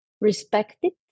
respected